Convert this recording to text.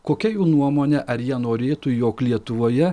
kokia jų nuomonė ar jie norėtų jog lietuvoje